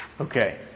Okay